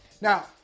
Now